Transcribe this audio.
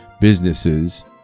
businesses